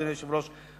אדוני היושב-ראש,